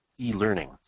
e-learning